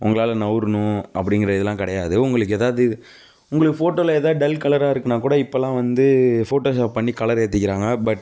உங்களால் நகரணும் அப்படிங்குற இதலாம் கிடையாது உங்களுக்கு ஏதாவது உங்கள் போட்டோவில் எதாவது டல் கலராக இருக்குன்னா கூட இப்போலாம் வந்து போட்டோஷாப் பண்ணி கலர் ஏற்றிக்குறாங்க பட்